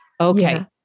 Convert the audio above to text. okay